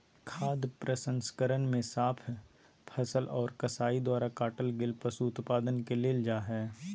खाद्य प्रसंस्करण मे साफ फसल आर कसाई द्वारा काटल गेल पशु उत्पाद के लेल जा हई